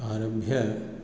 आरभ्य